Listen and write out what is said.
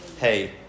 hey